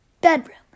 bedroom